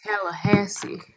Tallahassee